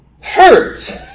Hurt